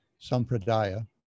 Sampradaya